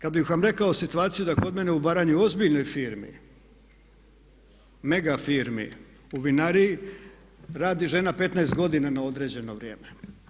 Kad bih vam rekao situaciju da kod mene u Baranji u ozbiljnoj firmi, mega firmi u vinariji radi žena 15 godina na određeno vrijeme.